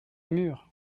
mur